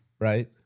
Right